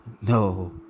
no